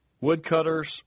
woodcutters